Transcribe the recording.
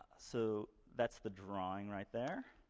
so that's the drawing right there.